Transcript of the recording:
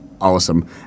awesome